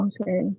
Okay